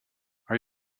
are